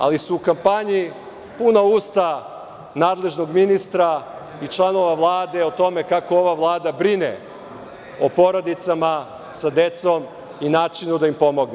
Ali su u kampanji puna usta nadležnog ministra i članova Vlade o tome kako ova Vlada brine o porodicama sa decom i načina da im pomogne.